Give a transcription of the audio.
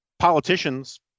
Politicians